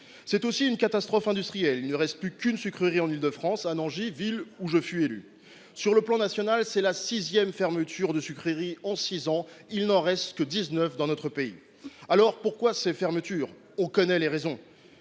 C’est aussi une catastrophe industrielle : il ne reste plus qu’une sucrerie en Île de France, à Nangis, ville dont j’ai été élu municipal. À l’échelle nationale, c’est la sixième fermeture de sucrerie en six ans ; il n’en reste que dix neuf dans notre pays. Alors, pourquoi ces fermetures ? On connaît les raisons